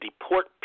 deport